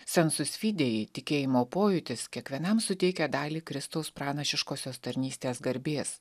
sensus fidei tikėjimo pojūtis kiekvienam suteikia dalį kristaus pranašiškosios tarnystės garbės